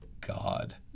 God